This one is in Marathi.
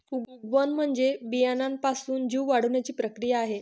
उगवण म्हणजे बियाण्यापासून जीव वाढण्याची प्रक्रिया आहे